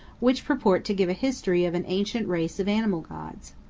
which purport to give a history of an ancient race of animal gods.